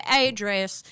address